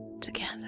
together